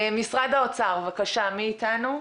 משרד האוצר, בבקשה, ידידיה.